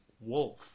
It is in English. wolf